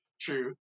True